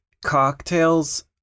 Cocktails